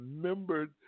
remembered